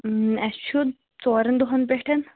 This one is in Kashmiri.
اسہِ چھُ ژورَن دۅہَن پیٚٹھ